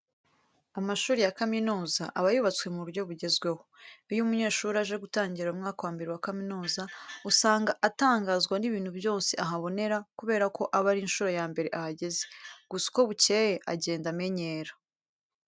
Amashuri ya kaminuza aba yubatswe mu buryo bugezweho. Iyo umunyeshuri aje gutangira mu mwaka wa mbere wa kaminuza, usanga atangazwa n'ibintu byose ahabonera kubera ko aba ari inshuro ya mbere ahageze. Gusa uko bukeye agenda amenyera.